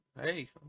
Hey